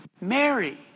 Mary